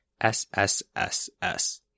SSSS